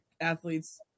athletes